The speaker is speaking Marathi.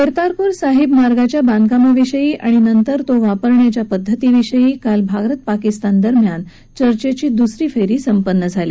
कर्तारपूर साहिब मार्गाच्या बांधकामाविषयी आणि नंतर तो वापरण्याच्या पद्धतीविषयी काल भारत पाकिस्तान दरम्यान चर्चेची दुसरी फ्री संपन्न झाली